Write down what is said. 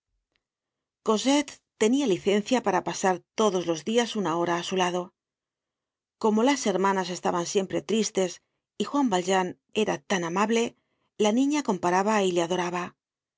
tenia licencia para pasar todos los dias una hora á su lado gomo las hermanas estaban siempre tristes y juan valjean era tan amable la niña comparaba y le adoraba